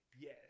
yes